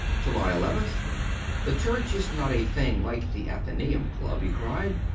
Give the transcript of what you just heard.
july nth the church is not a thing like the athenaeum club, he cried.